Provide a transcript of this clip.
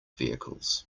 vehicles